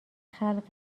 خلق